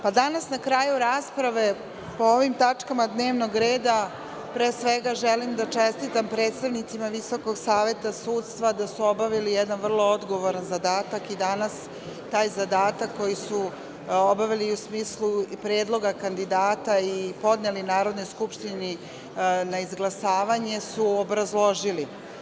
Danas na kraju rasprave po ovim tačkama dnevnog reda pre svega želim da čestitam predstavnicima Visokog saveta sudstva da su obavili jedan vrlo odgovoran zadatak i danas taj zadatak koji su obavili u smislu predloga kandidata i podneli Narodnoj skupštini na izglasavanje su obrazložili.